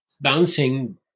bouncing